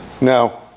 Now